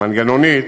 מנגנונית,